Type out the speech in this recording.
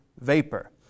vapor